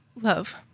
love